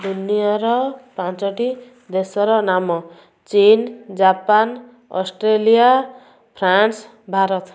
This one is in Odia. ଦୁନିଆର ପାଞ୍ଚଟି ଦେଶର ନାମ ଚୀନ ଜାପାନ ଅଷ୍ଟ୍ରେଲିଆ ଫ୍ରାନ୍ସ ଭାରତ